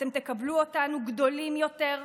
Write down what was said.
אתם תקבלו אותנו גדולים יותר,